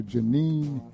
Janine